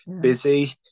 busy